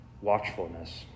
watchfulness